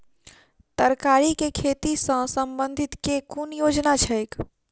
तरकारी केँ खेती सऽ संबंधित केँ कुन योजना छैक?